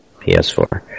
PS4